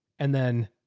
and then.